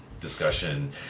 discussion